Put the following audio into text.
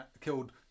killed